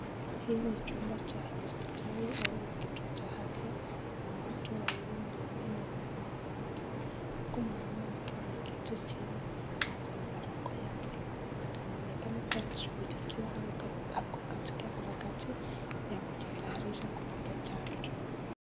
Hii ni chumba cha hospitali au kituo cha afya kuna watu wawili mwanaume na mwanamke huku mwanamume akiwa ameketi chini na kuna barakoa ya buluu anaonekana kuwa anashughulikiwa au ako katika harakati ya kujitayarisha kupata chanjo.